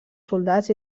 soldats